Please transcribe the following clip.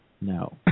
No